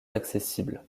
accessible